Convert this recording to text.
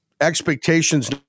expectations